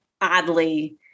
oddly